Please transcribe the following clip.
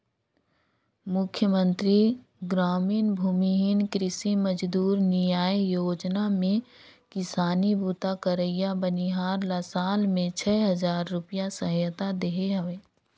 मुख्यमंतरी गरामीन भूमिहीन कृषि मजदूर नियाव योजना में किसानी बूता करइया बनिहार ल साल में छै हजार रूपिया सहायता देहे हवे